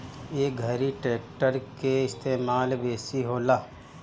ए घरी ट्रेक्टर के इस्तेमाल बेसी होला